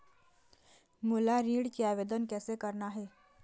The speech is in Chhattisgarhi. मोला ऋण के आवेदन कैसे करना हे?